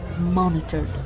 monitored